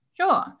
Sure